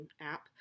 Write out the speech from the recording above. app